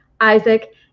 isaac